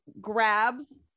grabs